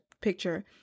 picture